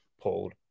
pulled